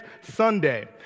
Sunday